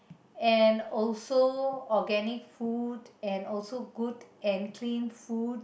and also organic food and also good and clean food